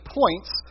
points